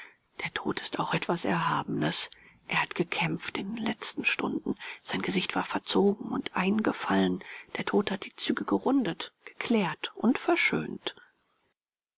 der tod ist auch etwas erhabenes er hat gekämpft in den letzten stunden sein gesicht war verzogen und eingefallen der tod hat die züge gerundet geklärt und verschönt